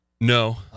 No